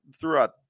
throughout